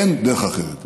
אין דרך אחרת.